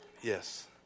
Yes